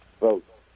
vote